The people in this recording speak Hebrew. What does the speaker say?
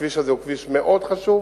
הכביש הזה הוא כביש מאוד חשוב.